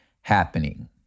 happening